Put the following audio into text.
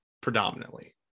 predominantly